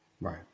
Right